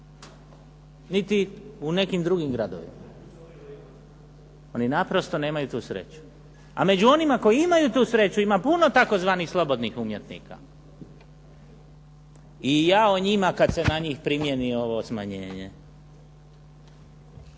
Niti u nekim drugim gradovima. Oni naprosto nemaju tu sreću. A među onima koji imaju tu sreću, ima puno tzv. slobodnih umjetnika, i jao njima kad se na njih primijeni ovo smanjenje.